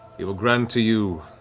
we will grant to you,